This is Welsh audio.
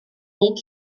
nid